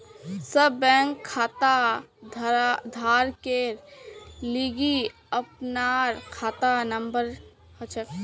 सब बैंक खाताधारकेर लिगी अपनार खाता नंबर हछेक